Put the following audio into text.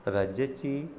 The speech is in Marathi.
राज्याची